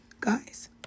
Guys